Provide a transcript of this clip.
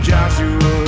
Joshua